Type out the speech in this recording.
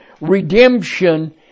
redemption